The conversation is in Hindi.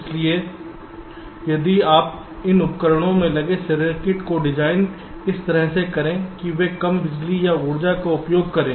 इसलिए यदि आप इन उपकरणों में लगे सर्किट को डिजाइन इस तरह से करें कि वे कम बिजली या ऊर्जा का उपभोग करें